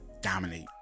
Dominate